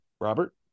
Robert